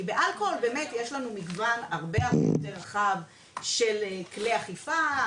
כי באלכוהול באמת יש לנו מגוון הרבה יותר רחב של כלי אכיפה,